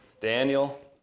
Daniel